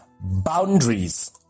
boundaries